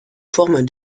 forme